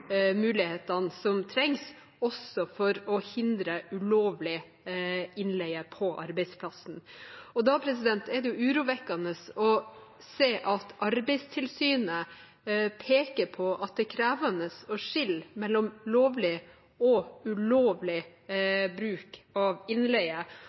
mulighetene som trengs, også for å hindre ulovlig innleie på arbeidsplassen. Da er det urovekkende å se at Arbeidstilsynet peker på at det er krevende å skille mellom lovlig og ulovlig